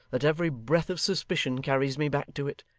that every breath of suspicion carries me back to it.